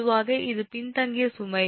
பொதுவாக இது பின்தங்கிய சுமை